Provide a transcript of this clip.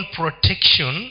protection